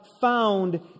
found